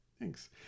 Thanks